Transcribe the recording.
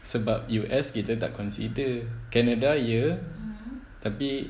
sebab U_S kita tak consider canada ya tapi